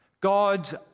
God's